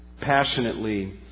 passionately